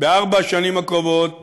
בארבע השנים הקרובות